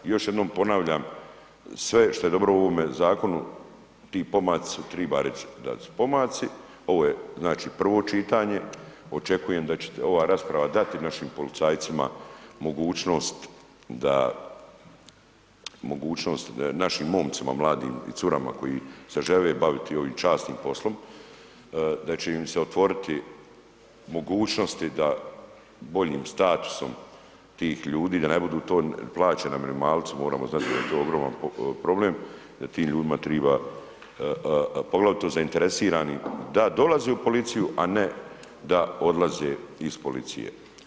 I još jednom ponavljam, sve što je dobro u ovome zakonu, ti pomaci su, triba reć da su pomaci, ovo je, znači, prvo čitanje, očekujem da će ova rasprava dati našim policajcima mogućnost da, mogućnost našim momcima mladim i curama koji se žele baviti ovim časnim poslom da će im se otvoriti mogućnosti da boljim statusom tih ljudi, da ne budu to plaćeni na minimalcu, moramo znati da je to ogroman problem, da tim ljudima triba, poglavito zainteresiranim da dolaze u policiju, a ne da odlaze iz policije.